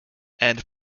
and